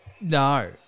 No